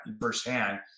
firsthand